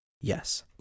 yes